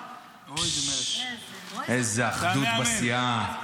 איזו אחדות בסיעה.